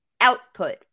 output